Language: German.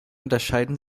unterscheiden